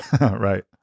Right